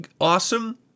awesome